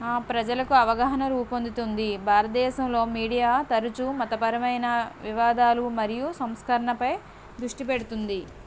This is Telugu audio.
ప్రజలకు అవగాహన రూపొందుతుంది భారత దేశంలో మీడియా తరచూ మతపరమైన వివాదాలు మరియు సంస్కరణపై దృష్టి పెడుతుంది